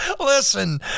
listen